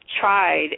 tried